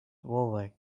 over